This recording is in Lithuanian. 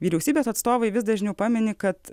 vyriausybės atstovai vis dažniau pamini kad